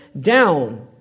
down